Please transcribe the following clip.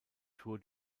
tour